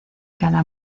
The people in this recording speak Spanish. cada